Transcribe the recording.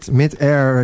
mid-air